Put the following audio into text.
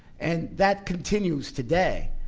and that continues today,